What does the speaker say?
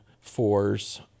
fours